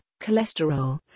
cholesterol